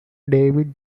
david